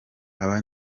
aba